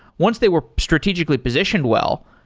once they were strategically positioned well,